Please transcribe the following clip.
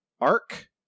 arc